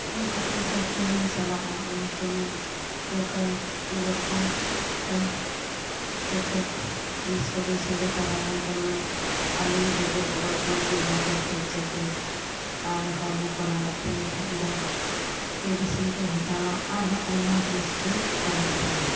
ᱤᱧ ᱡᱚᱠᱷᱚᱱ ᱥᱟᱨᱯᱷᱤᱝᱨᱮᱧ ᱪᱟᱞᱟᱜᱼᱟ ᱩᱱᱥᱩᱢᱟᱹᱭ ᱫᱚᱨᱠᱟᱨ ᱫᱚᱨᱠᱟᱨ ᱞᱮᱠᱟᱱ ᱡᱚᱛᱚ ᱡᱤᱱᱤᱥ ᱠᱚᱜᱮᱧ ᱥᱚᱸᱜᱮ ᱛᱟᱨᱟᱭᱟ ᱡᱮᱢᱚᱱ ᱟᱞᱚᱧ ᱰᱩᱵᱩᱡᱚᱜ ᱞᱟᱜᱤᱫ ᱳᱣᱟᱴᱟᱨ ᱯᱨᱩᱯᱷ ᱡᱮᱠᱮᱴ ᱟᱨ ᱦᱚᱲᱢᱚ ᱠᱚ ᱞᱟᱸᱜᱟᱜ ᱛᱤᱧ ᱠᱷᱟᱡ ᱫᱚ ᱢᱮᱰᱤᱥᱤᱱ ᱠᱚᱧ ᱦᱟᱛᱟᱣᱟ ᱟᱨ ᱦᱚᱸ ᱟᱭᱢᱟ ᱡᱤᱱᱤᱥ ᱠᱚᱧ ᱥᱚᱸᱜᱮ ᱛᱟᱨᱟᱭᱟ